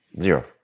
Zero